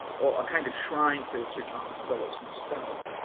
a kind of shrine to sir thomas phillips himself,